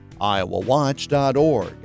iowawatch.org